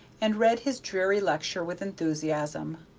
and read his dreary lecture with enthusiasm.